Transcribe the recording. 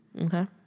okay